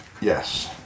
Yes